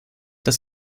das